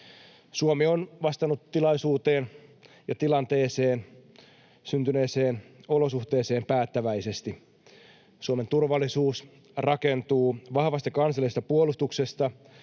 Suomi on vastannut tilanteessa syntyneeseen olosuhteeseen päättäväisesti. Suomen turvallisuus rakentuu vahvasta kansallisesta puolustuksesta